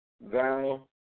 thou